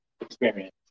experience